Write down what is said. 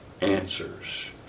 answers